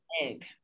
egg